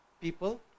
people